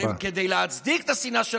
אבל כדי להצדיק את השנאה שלהם,